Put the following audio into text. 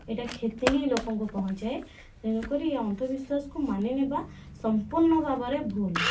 ଏଇଟା କ୍ଷତି ହିଁ ଲୋକଙ୍କୁ ପହଞ୍ଚାଏ ତେଣୁ କରି ଏ ଅନ୍ଧବିଶ୍ୱାସକୁ ମାନି ନେବା ସମ୍ପୂର୍ଣ୍ଣ ଭାବରେ ଭୁଲ